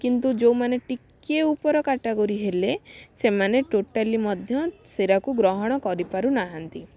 କିନ୍ତୁ ଯେଉଁମାନେ ଟିକେ ଉପର କାଟାଗୋରୀ ହେଲେ ସେମାନେ ଟୋଟାଲି ମଧ୍ୟ ଶେରାକୁ ଗ୍ରହଣ କରିପାରୁନାହାଁନ୍ତି